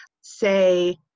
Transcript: say